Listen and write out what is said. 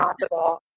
possible